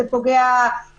זה פוגע בהפרדת הרשויות.